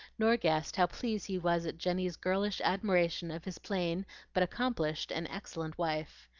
nor guessed how pleased he was at jenny's girlish admiration of his plain but accomplished and excellent wife.